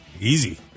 easy